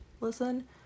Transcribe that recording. listen